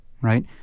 right